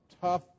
tough